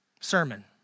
sermon